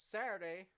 Saturday